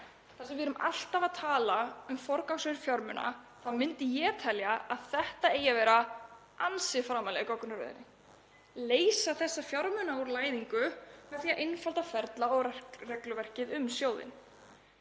Þar sem við erum alltaf að tala um forgangsröðun fjármuna myndi ég telja að þetta eigi að vera ansi framarlega í goggunarröðinni, að leysa þessa fjármuni úr læðingi með því að einfalda ferla og regluverkið um sjóðinn.